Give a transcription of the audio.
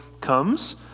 comes